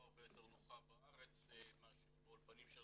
הרבה יותר נוחה בארץ מאשר באולפנים של